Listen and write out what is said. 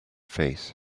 faith